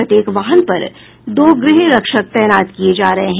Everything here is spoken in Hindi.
प्रत्येक वाहन पर दो गृह रक्षक तैनात किये जा रहे हैं